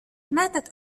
ماتت